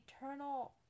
eternal